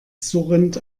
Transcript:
surrend